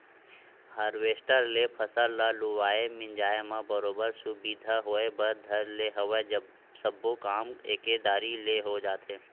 harvester ले फसल ल लुवाए मिंजाय म बरोबर सुबिधा होय बर धर ले हवय सब्बो काम एके दरी ले हो जाथे